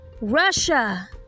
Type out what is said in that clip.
russia